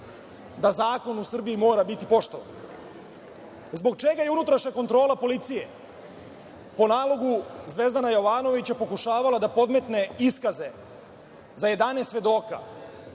da zakon u Srbiji mora biti poštovan. Zbog čega je unutrašnja kontrola policije, po nalogu Zvezdana Jovanovića, pokušavala da podmetne iskaze za 11 svedoka